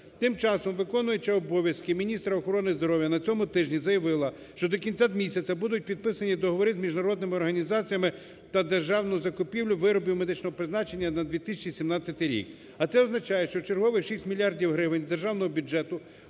Тим часом, виконуючий обов'язки міністр охорони здоров'я на цьому тижні заявила, що до кінця місяця будуть підписані договори з міжнародними організаціями та державну закупівлю виробів медичного призначення на 2017 рік. А це означає, що чергових 6 мільярдів гривень державного бюджету